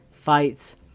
fights